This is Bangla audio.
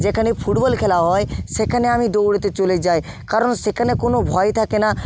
যেখানে ফুটবল খেলা হয় সেখানে আমি দৌড়তে চলে যাই কারণ সেখানে কোনও ভয় থাকে না